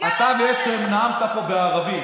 מה לעשות, אתה בעצם נאמת פה בערבית.